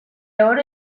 oro